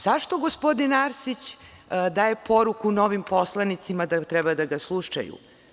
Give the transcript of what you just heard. Zašto gospodin Arsić daje poruku novim poslanicima da treba da ga slušaju.